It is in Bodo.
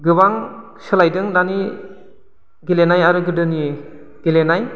गोबां सोलायदों दानि गेलेनाय आरो गोदोनि गेलेनाय